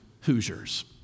Hoosiers